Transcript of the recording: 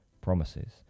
promises